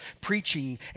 preaching